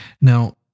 Now